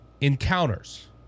encounters